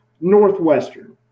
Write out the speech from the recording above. Northwestern